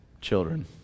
children